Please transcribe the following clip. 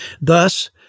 Thus